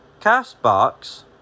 CastBox